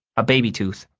a baby tooth.